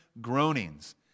groanings